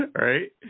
Right